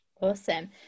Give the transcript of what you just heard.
Awesome